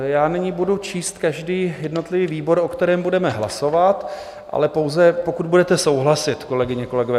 Já nyní budu číst každý jednotlivý výbor, o kterém budeme hlasovat, ale pouze pokud budete souhlasit, kolegyně, kolegové.